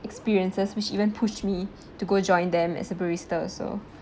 experiences which even push me to go join them as a barista so